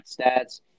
stats